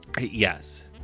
Yes